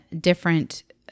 different